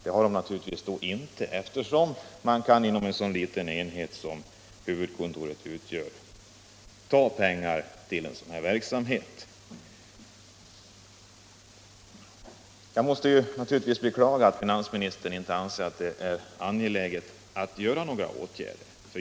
Det har de naturligtvis inte, eftersom man inom en sådan liten enhet som huvudkontoret utgör kan ta pengar till en sådan här verksamhet. Jag beklagar givetvis att finansministern inte anser det angeläget att vidta några åtgärder.